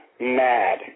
mad